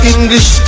English